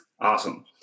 Awesome